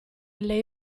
lei